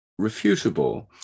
refutable